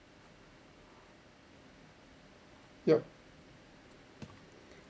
yup